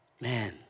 Man